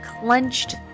clenched